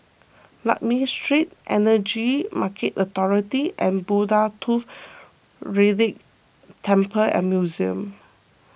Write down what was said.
Lakme Street Energy Market Authority and Buddha Tooth Relic Temple and Museum